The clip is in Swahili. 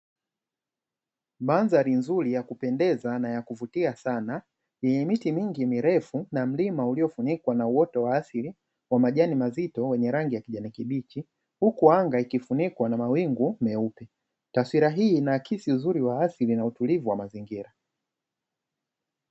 Mandhari nzuri ya kupendeza na ya kuvutia sana, yenye miti mingi mirefu na mlima uliofunikwa na uoto wa asili wa majani mazito wenye rangi ya kijani kibichi; huku anga ikifunikwa na mawingu meupe. Taswira hii inaakisi uzuri wa asili na utulivu wa mazingira.